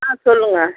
ஆ சொல்லுங்கள்